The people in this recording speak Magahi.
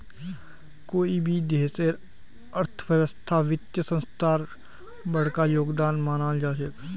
कोई भी देशेर अर्थव्यवस्थात वित्तीय संस्थार बडका योगदान मानाल जा छेक